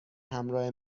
همراه